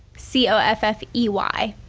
c o f f e y.